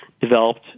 developed